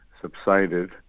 subsided